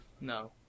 No